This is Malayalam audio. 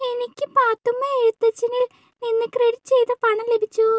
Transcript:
എനിക്ക് പാത്തുമ്മ എഴുത്തച്ഛനിൽ നിന്ന് ക്രെഡിറ്റ് ചെയ്ത പണം ലഭിച്ചു